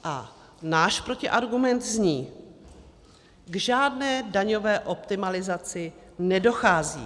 A náš protiargument zní: K žádné daňové optimalizaci nedochází.